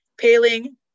Paling